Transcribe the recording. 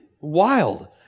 wild